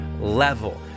level